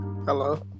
hello